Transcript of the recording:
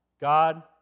God